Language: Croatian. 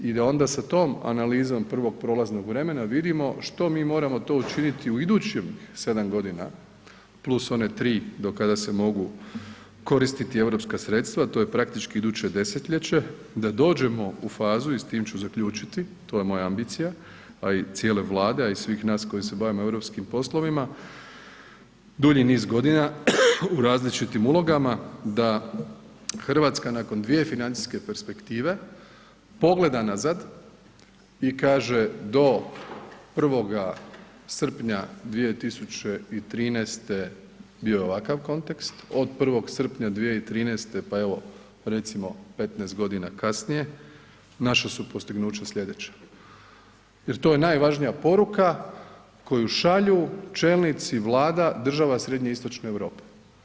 I da onda sa tom analizom prvog prolaznog vremena vidimo što mi moramo to učiniti u idućih 7 godina plus one 3 do kada se mogu koristiti europska sredstva, a to je praktički iduće desetljeće da dođemo u fazu i s tim ću zaključiti, to je moja ambicija, a i cijele Vlade, a i svih nas koji se bavimo europskim poslovima dulji niz godina u različitim ulogama, da Hrvatska nakon dvije financijske perspektive pogleda nazad i kaže do 1. srpnja 2013. bio je ovakav kontekst, od 1. srpnja 2013. pa evo recimo 15 godina kasnije naša su postignuća slijedeća, jer to je najvažnija poruka koju šalju čelnici vlada država srednje i istočne Europe.